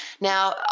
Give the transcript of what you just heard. Now